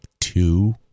two